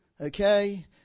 Okay